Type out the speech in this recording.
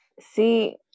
See